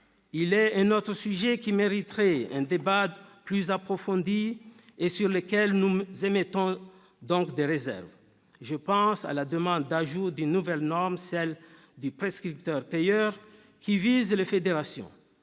Il est un autre sujet qui mériterait un débat plus approfondi, et sur lequel nous émettons donc des réserves. Je pense à la demande d'ajout d'une nouvelle norme : celle du prescripteur-payeur, qui vise les fédérations.